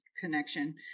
connection